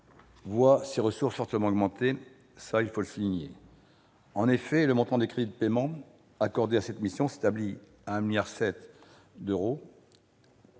voit ses ressources fortement augmenter, il faut le souligner. En effet, le montant du budget alloué à cette mission s'établit à 1,7 milliard d'euros